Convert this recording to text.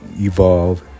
Evolve